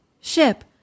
ship